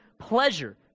pleasure